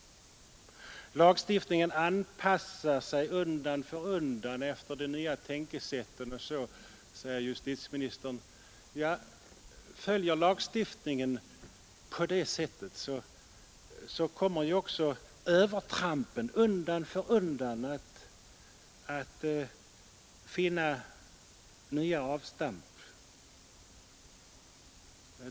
Lagstiftningen anpassar sig undan för undan efter de nya tänkesätten, säger justitieministern. Ja, följer lagstiftningen med på det sättet, så kommer också övertrampen undan för undan att få nya avstamp.